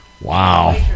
Wow